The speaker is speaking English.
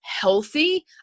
healthy